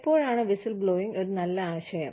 എപ്പോഴാണ് വിസിൽബ്ലോയിംഗ് ഒരു നല്ല ആശയം